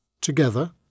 together